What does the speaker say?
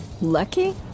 Lucky